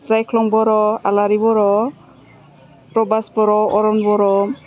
जाइख्लं बर' आलारि बर' प्रबास बर' अरन बर'